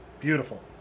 Beautiful